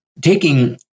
taking